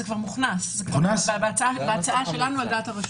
זה כבר הוכנס בהצעה שלנו, על דעת הרשות.